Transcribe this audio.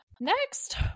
next